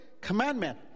commandment